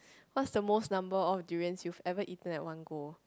what's the most number of durians you've ever eaten at one go